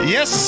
Yes